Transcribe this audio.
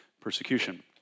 persecution